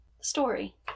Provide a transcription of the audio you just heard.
story